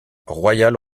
royale